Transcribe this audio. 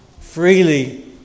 Freely